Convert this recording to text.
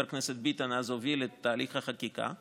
וחבר הכנסת ביטן אז הוביל את תהליך החקיקה.